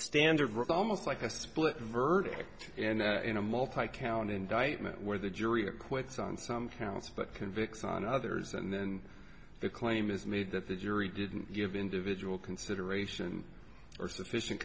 standard almost like a split verdict and in a multi county indictment where the jury acquits on some counts but convicts on others and the claim is made that the jury didn't give individual consideration or sufficient